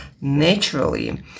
naturally